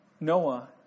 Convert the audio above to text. Noah